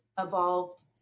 evolved